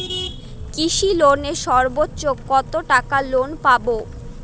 কৃষি লোনে সর্বোচ্চ কত টাকা লোন পাবো?